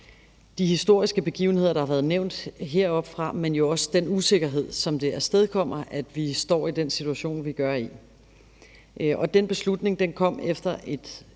de historiske begivenheder, der har været nævnt heroppefra, men jo også den usikkerhed, som det afstedkommer, at vi står i den situation, vi står i. Den beslutning kom efter et